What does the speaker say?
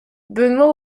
benoît